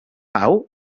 pau